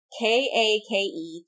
kake